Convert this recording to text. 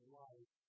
life